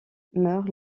meurt